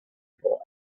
for